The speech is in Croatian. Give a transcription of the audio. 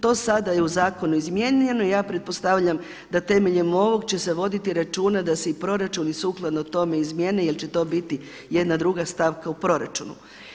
To sada u zakonu je izmijenjeno i ja pretpostavljam da temeljem ovog će se voditi računa da se proračuni sukladno tome izmijene jel će to biti jedna druga stavka u proračunu.